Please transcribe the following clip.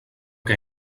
que